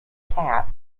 cap